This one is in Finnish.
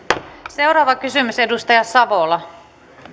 seuraava kysymys edustaja savola